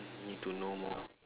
need to know more